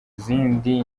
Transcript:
izindi